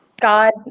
God